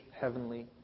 heavenly